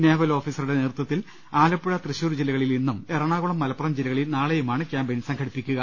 naval ഓഫീസറുടെ നേതൃത്വത്തിൽ ആലപ്പുഴ തൃശൂർ ജില്ലകളിൽ ഇന്നും എറണാകുളം മലപ്പുറം ജില്ലകളിൽ നാളെയുമാണ് ക്യാമ്പയിൻ സംഘടിപ്പിക്കുക